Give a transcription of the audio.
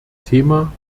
thema